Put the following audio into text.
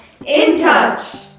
InTouch